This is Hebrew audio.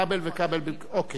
וכבל במקום, אוקיי, בסדר גמור,